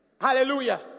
Hallelujah